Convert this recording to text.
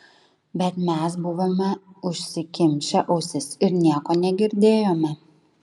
bet mes buvome užsikimšę ausis ir nieko negirdėjome